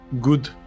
Good